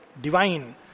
divine